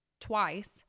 twice